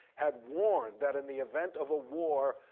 had warned that in the event of a war,